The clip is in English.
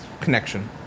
connection